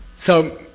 so,